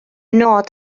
nod